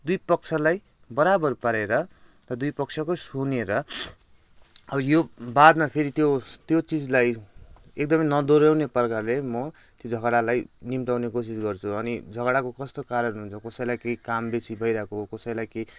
दुई पक्षलाई बराबर पारेर दुई पक्षकै सुनेर अब यो बादमा फेरि त्यो त्यो चिजलाई एकदमै नदोहोऱ्याउने प्रकारले म त्यो झगडालाई निमट्याउने कोसिस गर्छु अनि झगडाको कस्तो कारण हुन्छ कसैलाई केही काम बेसी भइरहेको कसैलाई के